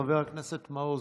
חבר הכנסת מעוז,